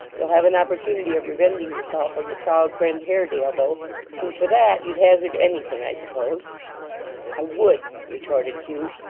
you'll have an opportunity of revenging yourself on your proud friend haredale, though, and for that, you'd hazard anything, i suppose i would retorted hugh,